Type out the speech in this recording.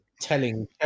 telling